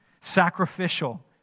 sacrificial